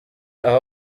aho